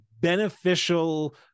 beneficial